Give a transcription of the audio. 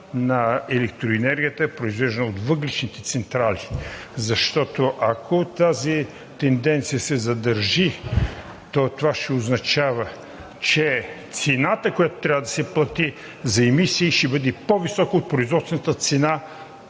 на електроенергията, произвеждана от въглищните централи, защото, ако тази тенденция се задържи, това ще означава, че цената, която трябва да се плати за емисии, ще бъде по-висока от производствената цена